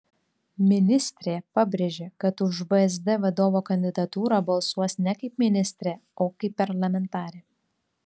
ministrė pabrėžė kad už vsd vadovo kandidatūrą balsuos ne kaip ministrė o kaip parlamentarė